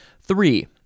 Three